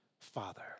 Father